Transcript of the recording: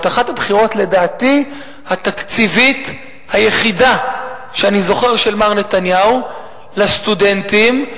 לדעתי הבטחת הבחירות התקציבית היחידה שאני זוכר של מר נתניהו לסטודנטים,